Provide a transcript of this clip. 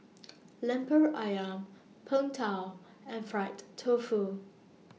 Lemper Ayam Png Tao and Fried Tofu